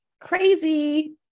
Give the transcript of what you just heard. crazy